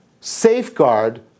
safeguard